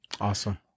Awesome